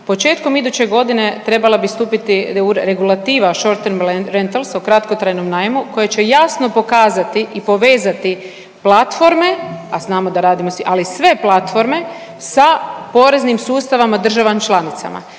Početkom iduće godine trebala bi stupiti regulativa short-term rentals o kratkotrajnom najmu koji će jasno pokazati i povezati platforme, a znamo da .../nerazumljivo/... ali sve platforme sa poreznim sustavima državama članicama.